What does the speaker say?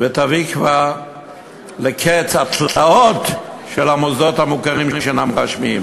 ותביא כבר לקץ התלאות של המוסדות המוכרים שאינם רשמיים.